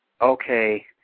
okay